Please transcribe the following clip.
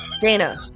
Dana